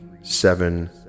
seven